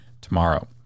tomorrow